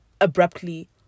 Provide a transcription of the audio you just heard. abruptly